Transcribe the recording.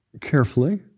carefully